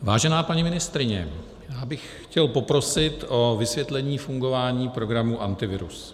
Vážená paní ministryně, já bych chtěl poprosit o vysvětlení fungování programu Antivirus.